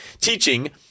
teaching